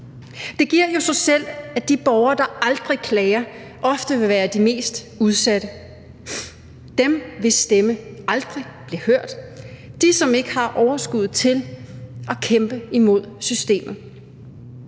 Det giver jo sig selv, at de borgere, der aldrig klager, ofte vil være de mest udsatte; dem, hvis stemme aldrig bliver hørt; dem, der ikke har overskuddet til at kæmpe imod systemet.